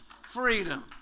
freedom